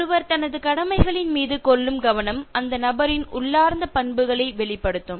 ஒருவர் தனது கடமைகளின் மீது கொள்ளும் கவனம் அந்த நபரின் உள்ளார்ந்த பண்புகளை வெளிப்படுத்தும்